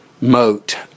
moat